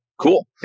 cool